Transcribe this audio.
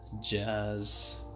jazz